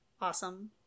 awesome